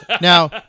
now